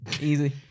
easy